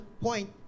point